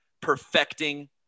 perfecting